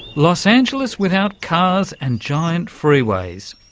los angeles without cars and giant freeways?